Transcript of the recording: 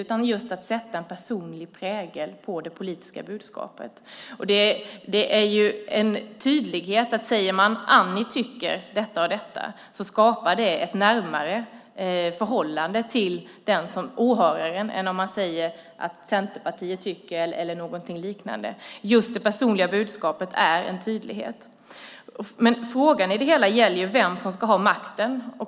Det handlar om att sätta en personlig prägel på det politiska budskapet och om tydlighet. Säger man att Annie tycker detta skapar det ett närmare förhållande till åhöraren än om man säger att Centerpartiet tycker något. Just det personliga budskapet är en tydlighet. Frågan i det hela gäller vem som ska ha makten.